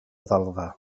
ddalfa